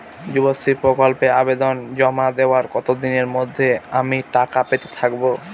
যুবশ্রী প্রকল্পে আবেদন জমা দেওয়ার কতদিনের মধ্যে আমি টাকা পেতে থাকব?